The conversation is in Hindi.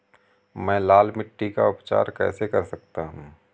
मैं लाल मिट्टी का उपचार कैसे कर सकता हूँ?